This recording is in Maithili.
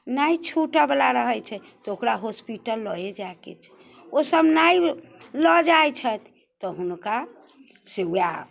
नहि छुटऽवला रहै छै तऽ ओकरा हॉस्पिटल लये जायके छै ओ सब नहि लऽ जाइ छथि तऽ हुनकासँ वएह